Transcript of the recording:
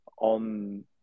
on